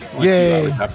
Yay